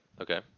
Okay